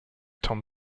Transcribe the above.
tom